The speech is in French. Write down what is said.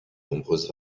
nombreuses